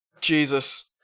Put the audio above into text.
Jesus